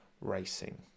racing